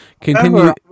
continue